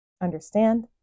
understand